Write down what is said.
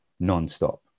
nonstop